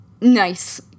nice